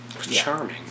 Charming